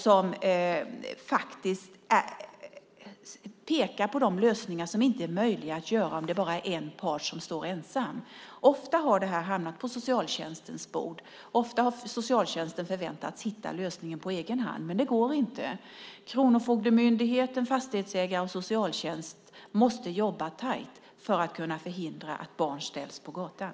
Den pekar på de lösningar som inte är möjliga om en part står ensam. Ofta har det här hamnat på socialtjänstens bord. Ofta har socialtjänsten förväntats hitta lösningen på egen hand, men det går inte. Kronofogdemyndigheten, fastighetsägare och socialtjänst måste jobba tajt för att kunna förhindra att barn ställs på gatan.